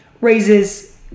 raises